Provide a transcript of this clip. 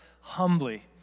humbly